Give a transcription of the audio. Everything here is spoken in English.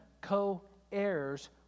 co-heirs